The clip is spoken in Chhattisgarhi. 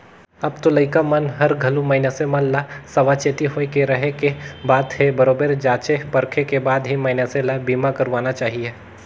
अब तो लइका मन हर घलो मइनसे मन ल सावाचेती होय के रहें के बात हे बरोबर जॉचे परखे के बाद ही मइनसे ल बीमा करवाना चाहिये